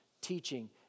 teaching